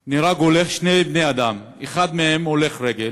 אתמול נהרגו שני בני-אדם, אחד מהם הולך רגל,